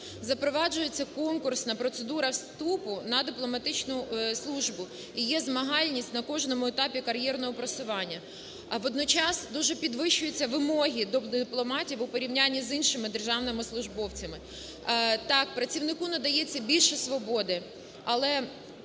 Запроваджується конкурсна процедура вступу на дипломатичну службу і є змагальність на кожному етапі кар'єрного просування. А водночас дуже підвищуються вимоги до дипломатів у порівнянні із іншими державними службовцями. Так, працівнику надається більше свободи, але